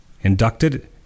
inducted